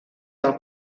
del